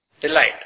delight